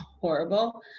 horrible